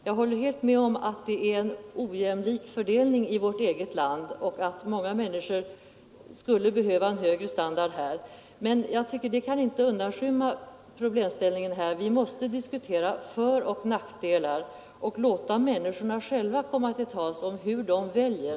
Jag håller helt med om att det är en ojämlik fördelning i vårt eget land och att många människor skulle behöva en högre standard här, men det kan inte undanskymma problemställningen. Vi måste diskutera föroch nackdelar och låta människorna själva komma till tals i fråga om hur de väljer.